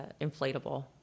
inflatable